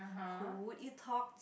who would you talk